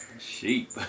Sheep